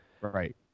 Right